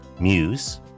Muse